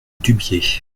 dubié